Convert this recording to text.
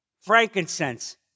frankincense